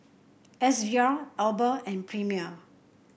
S V R Alba and Premier